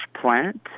plant